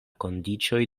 kondiĉoj